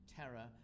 terror